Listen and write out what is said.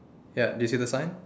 ya do you see the sign